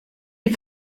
die